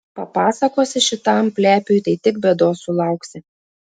papasakosi šitam plepiui tai tik bėdos sulauksi